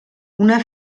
una